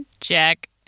Check